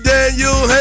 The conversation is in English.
Daniel